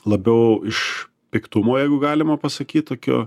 labiau iš piktumo jeigu galima pasakyti tokio